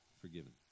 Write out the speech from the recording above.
forgiven